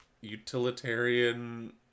utilitarian